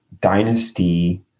Dynasty